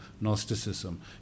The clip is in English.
Gnosticism